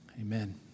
Amen